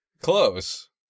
Close